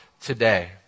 today